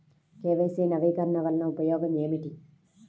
KYC నవీకరణ వలన ఉపయోగం ఏమిటీ?